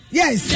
yes